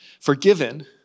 forgiven